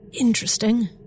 Interesting